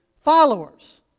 followers